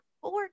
four